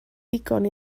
digon